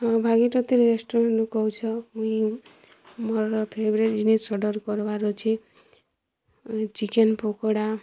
ହଁ ଭାଗିରଥି ରେଷ୍ଟୋରାଣ୍ଟ୍ରୁ କହୁଛ ମୁଇଁ ମୋର୍ ଫେଭ୍ରାଇଟ୍ ଜିନିଷ୍ ଅର୍ଡ଼ର୍ କର୍ବାର୍ ଅଛେ ଚିକେନ୍ ପକୋଡ଼ା